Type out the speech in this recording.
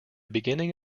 beginning